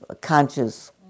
conscious